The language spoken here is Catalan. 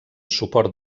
suport